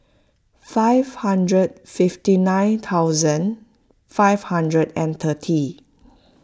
five hundred fifty nine thousand five hundred and thirty